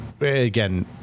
again